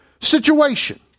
situation